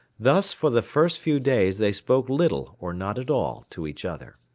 thus for the first few days they spoke little or not at all to each other.